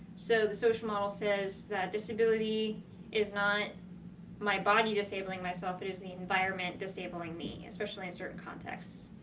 so the social model says that disability is not my body disabling myself, it is the environment disabling me, especially in certain contexts.